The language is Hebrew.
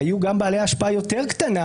שהיו גם בעלי השפעה יותר קטנה